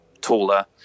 taller